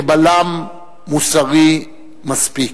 כבלם מוסרי מספיק.